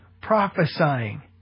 prophesying